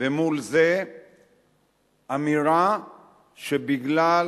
ומול זה האמירה שבגלל